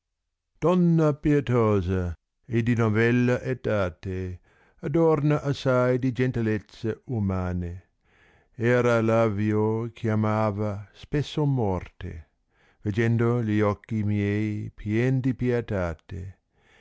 uonna pietosa e di not ha elate adorna assai di gentilezze umane era là vìo chiamava spesso morte veggéndo gli occhi miei pien di pietatej